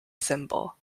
cymbal